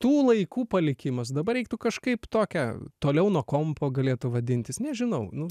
tų laikų palikimas dabar reiktų kažkaip tokią toliau nuo kompo galėtų vadintis nežinau nu